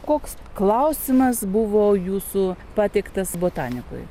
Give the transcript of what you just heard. koks klausimas buvo jūsų pateiktas botanikui